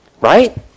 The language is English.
Right